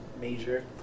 major